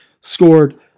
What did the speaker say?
scored